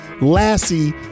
Lassie